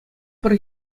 пӗр